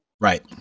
Right